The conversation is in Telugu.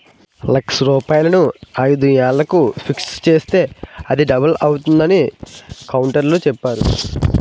లక్ష రూపాయలను ఐదు ఏళ్లకు ఫిక్స్ చేస్తే అది డబుల్ అవుతుందని కౌంటర్లో చెప్పేరు